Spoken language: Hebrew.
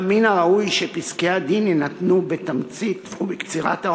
גם מן הראוי שפסקי-הדין יינתנו בתמצית ובקצירת האומר.